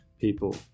people